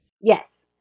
Yes